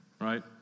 Right